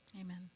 Amen